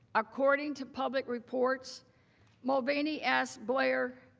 according to public reports mulvaney asked blair,